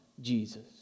Jesus